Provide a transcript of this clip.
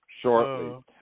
shortly